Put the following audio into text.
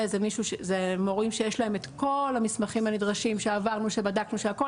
אלו מורים שיש להם את כל המסמכים הנדרשים שבדקנו ועברנו הכל,